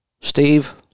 Steve